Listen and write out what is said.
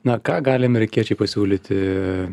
na ką gali amerikiečiai pasiūlyti